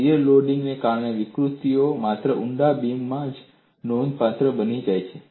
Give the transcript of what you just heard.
shear લોડિંગને કારણે વિકૃતિઓ માત્ર ઊંડા બીમમાં જ નોંધપાત્ર બની જાય છે